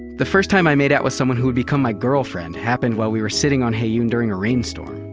the first time i made out with someone who'd become my girlfriend happened while we were sitting on heyoon during a rainstorm.